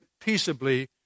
peaceably